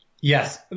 Yes